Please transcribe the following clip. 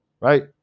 right